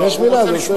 אם יש מלה, זה בסדר.